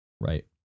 Right